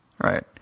right